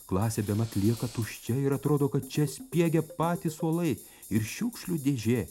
klasė bemat lieka tuščia ir atrodo kad čia spiegia patys suolai ir šiukšlių dėžė